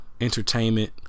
entertainment